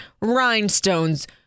rhinestones